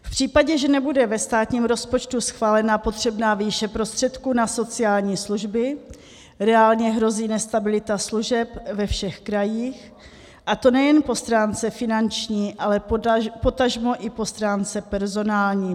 V případě, že nebude ve státním rozpočtu schválena potřebná výše prostředků na sociální služby, reálně hrozí nestabilita služeb ve všech krajích, a to nejen po stránce finanční, ale potažmo i po stránce personální.